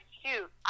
shoot